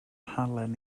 halen